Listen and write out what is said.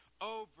over